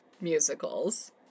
musicals